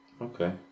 Okay